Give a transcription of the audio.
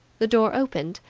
the door opened,